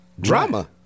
drama